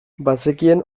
bazekien